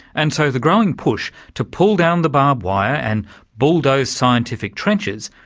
and so the growing push to pull down the barbed wire and bulldoze scientific trenches,